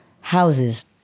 houses